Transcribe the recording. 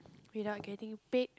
we are getting paid